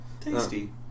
Tasty